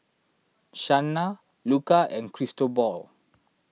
Shanna Luca and Cristobal